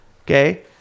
Okay